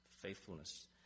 faithfulness